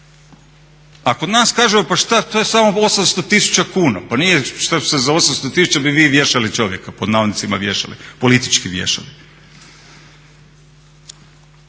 kod nas kažu pa šta, to je samo 800 000 kuna, za 800 000 bi vi vješali čovjeka, pod navodnicima vješali, politički vješali.